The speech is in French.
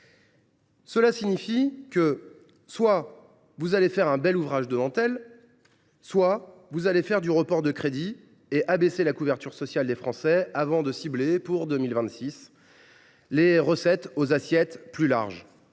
la ministre, soit que vous allez faire un bel ouvrage de dentelle, soit que vous allez faire du report de crédits et réduire la couverture sociale des Français, avant de cibler, en 2026, les recettes aux assiettes plus larges.